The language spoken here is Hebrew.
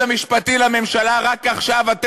שקדי כבר אחרי הצינון.